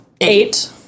eight